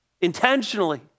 Intentionally